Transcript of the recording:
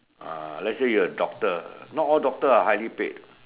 uh let's say you're a doctor not all doctor are highly paid